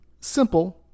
simple